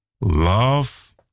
Love